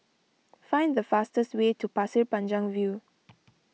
find the fastest way to Pasir Panjang View